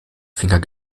finger